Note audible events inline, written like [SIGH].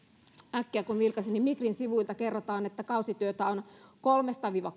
äkkiä kun vilkaisin että esimerkiksi migrin sivuilla kerrotaan että kausityötä on kolme viiva [UNINTELLIGIBLE]